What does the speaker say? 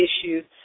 issues